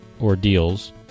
Ordeals